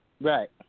Right